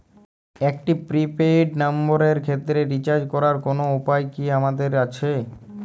একটি prepaid নম্বরের ক্ষেত্রে রিচার্জ করার কোনো উপায় কি আমাদের আছে?